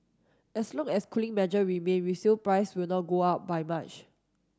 as long as cooling measure remain resale price will not go up by much